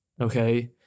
okay